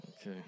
Okay